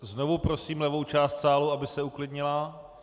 Znovu prosím levou část sálu, aby se uklidnila.